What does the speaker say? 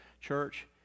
church